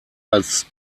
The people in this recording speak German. als